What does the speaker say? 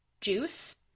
juice